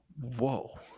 Whoa